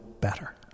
better